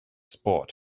sport